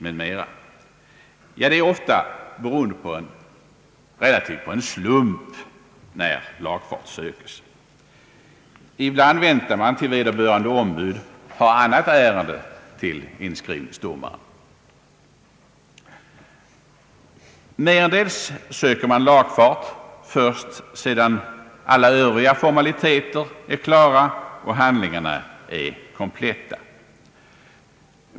Det beror faktiskt ofta nästan på en slump när lagfart sökes. Ibland väntar man tills vederbörande ombud har annat ärende till inskrivningsdomaren. Merendels söker man lagfart först sedan alla övriga formaliteter är klara och handlingarna blivit kompletta.